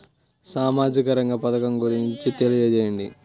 సామాజిక రంగ పథకం గురించి తెలియచేయండి?